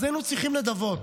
אז היינו צריכים נדבות,